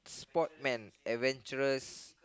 sport man adventurous